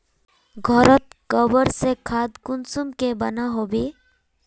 घोरोत गबर से खाद कुंसम के बनो होबे?